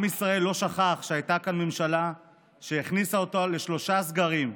עם ישראל לא שכח שהייתה כאן ממשלה שהכניסה אותו לשלושה סגרים,